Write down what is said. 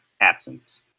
absence